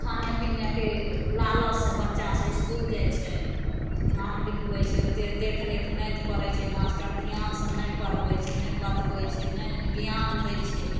खाने पिनेके लालचसे बच्चासभ इसकुल जाइ छै नाम लिखबै छै ओतेक देखरेख नहि करै छै मास्टर धिआनसे नहि पढ़बै छै नहि बतबै छै नहि ज्ञान दै छै